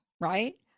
right